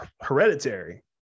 hereditary